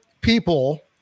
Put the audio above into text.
people